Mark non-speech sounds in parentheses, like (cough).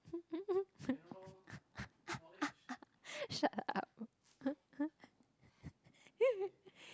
(laughs) shut up (laughs)